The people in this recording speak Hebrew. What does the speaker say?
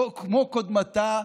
כמו קודמתה,